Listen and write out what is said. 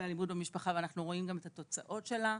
באלימות במשפחה ואנחנו רואים גם את התוצאות שלה.